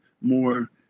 more